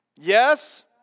Yes